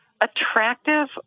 attractive